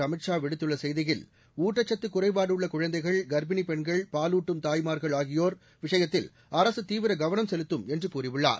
அமித் ஷா விடுத்துள்ள செய்தியில் ஊட்டச்சத்து குறைபாடு உள்ள குழந்தைகள் கர்ப்பிணி பெண்கள் பாலூட்டும் தாய்மார்கள் ஆகியோர் விஷயத்தில் அரசு தீவிர கவனம் செலுத்தும் என்று கூறியுள்ளார்